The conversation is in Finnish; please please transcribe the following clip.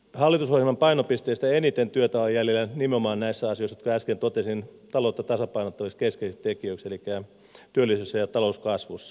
hallitusohjelman painopisteistä eniten työtä on jäljellä nyt nimenomaan näissä asioissa jotka äsken totesin taloutta tasapainottaviksi keskeisiksi tekijöiksi elikkä työllisyydessä ja talouskasvussa